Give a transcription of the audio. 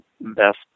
best